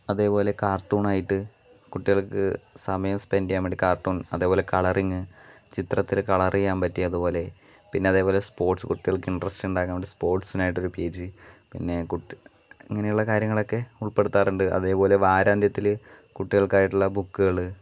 അതേപോലെ കാർട്ടൂണായിട്ട് കുട്ടികൾക്ക് സമയം സ്പെൻ്റ് ചെയ്യാൻ വേണ്ടി കാർട്ടൂൺ അതേപോലെ കളറിംഗ് ചിത്രത്തിൽ കളർ ചെയ്യാൻ പറ്റിയത് പോലെ പിന്നതേപോലേ സ്പോർട്സ് കുട്ടികൾക്ക് ഇൻട്രസ്റ്റ് ഉണ്ടാക്കാൻ വേണ്ടി സ്പോർട്സിനായിട്ടൊരു പേജ് പിന്നേ കുറ്റ് ഇങ്ങനെയുള്ള കാര്യങ്ങളൊക്കേ ഉൾപ്പെടുത്താറുണ്ട് അതേപോലെ വാരാന്ത്യത്തിൽ കുട്ടികൾക്കായിട്ടുള്ള ബുക്കുകൾ